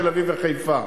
תל-אביב וחיפה.